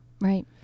right